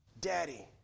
Daddy